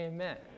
Amen